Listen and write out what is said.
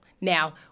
Now